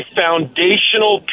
foundational